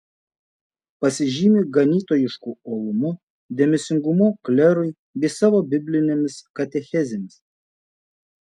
pasižymi ganytojišku uolumu dėmesingumu klerui bei savo biblinėmis katechezėmis